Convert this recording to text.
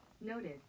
Noted